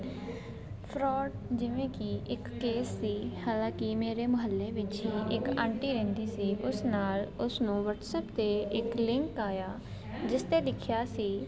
fraud ਜਿਵੇਂ ਕਿ ਇੱਕ ਕੇਸ ਸੀ ਹਾਲਾਂਕਿ ਮੇਰੇ ਮੁਹੱਲੇ ਵਿੱਚ ਹੀ ਇੱਕ ਆਂਟੀ ਰਹਿੰਦੀ ਸੀ ਉਸ ਨਾਲ ਉਸਨੂੰ ਵਟਸਅਪ 'ਤੇ ਇੱਕ ਲਿੰਕ ਆਇਆ ਜਿਸ 'ਤੇ ਲਿਖਿਆ ਸੀ